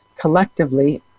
collectively